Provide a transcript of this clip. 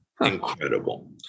incredible